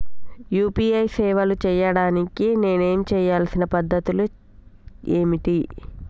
UPI సేవలు చేయడానికి నేను చేయవలసిన పద్ధతులు ఏమిటి?